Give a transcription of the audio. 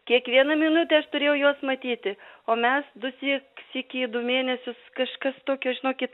kiekvieną minutę aš turėjau juos matyti o mes dusyk sykį į du mėnesius kažkas tokio žinokit